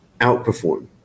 outperform